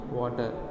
water